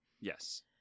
Yes